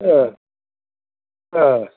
ಹಾಂ ಹಾಂ